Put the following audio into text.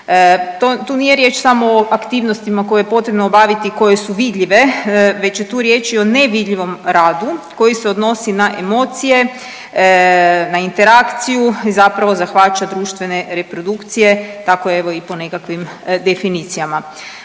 Tu nije samo riječ o aktivnostima koje je potrebno obaviti i koje su vidljive već je tu riječ i o nevidljivom radu koji se odnosi na emocije, na interakciju zapravo zahvaća društvene reprodukcije tako evo i po nekakvim definicijama.